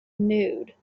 nude